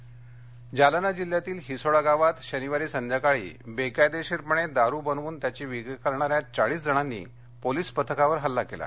हल्ला जालना जालना जिल्ह्यातील हिसोडा गावात शनिवारी संध्याकाळी बेकायदेशीरपणे दारु बनवून त्याची विक्री करणाऱ्या चाळीस जणांनी पोलिस पथकावर हल्ला केला